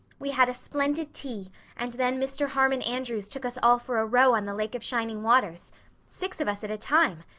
we had a splendid tea and then mr. harmon andrews took us all for a row on the lake of shining waters six of us at a time.